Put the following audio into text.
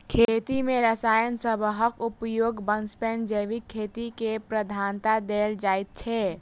खेती मे रसायन सबहक उपयोगक बनस्पैत जैविक खेती केँ प्रधानता देल जाइ छै